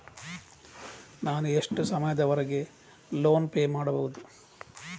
ನಾನು ಎಷ್ಟು ಸಮಯದವರೆಗೆ ಲೋನ್ ಪೇ ಮಾಡಬೇಕು?